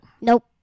Nope